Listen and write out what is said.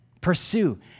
pursue